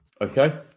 Okay